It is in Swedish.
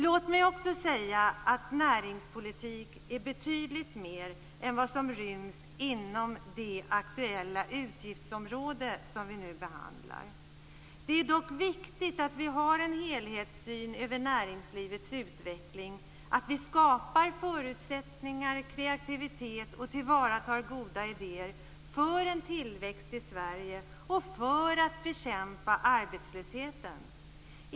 Låt mig också säga att näringspolitik är betydligt mer än vad som ryms inom det aktuella utgiftsområde som vi nu behandlar. Det är dock viktigt att vi har en helhetssyn över näringslivets utveckling, att vi skapar förutsättningar, kreativitet och tillvaratar goda idéer för en tillväxt i Sverige och för att bekämpa arbetslösheten.